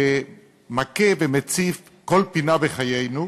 שמכה ומציף כל פינה בחיינו,